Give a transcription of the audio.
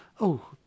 Oh